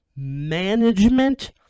Management